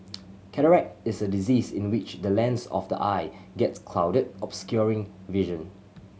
cataract is a disease in which the lens of the eye gets clouded obscuring vision